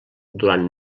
durant